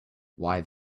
why